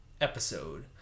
episode